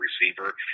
receiver